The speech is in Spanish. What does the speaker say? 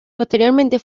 posteriormente